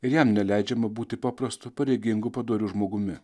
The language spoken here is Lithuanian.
ir jam neleidžiama būti paprastu pareigingu padoriu žmogumi